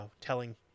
telling